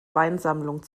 weinsammlung